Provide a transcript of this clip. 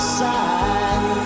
side